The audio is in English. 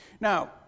Now